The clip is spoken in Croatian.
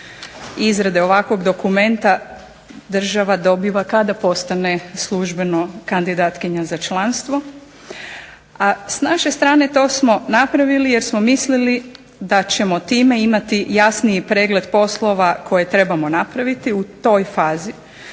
izrade ovakvog dokumenta država dobiva kada postane službeno kandidatkinja za članstvo, a s naše strane to smo napravili jer smo mislili da ćemo time imati jasniji pregled poslova koje trebamo napraviti u toj fazi.